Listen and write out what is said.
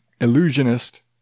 illusionist